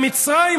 במצרים,